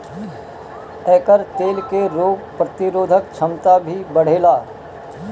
एकर तेल से रोग प्रतिरोधक क्षमता भी बढ़ेला